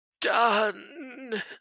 done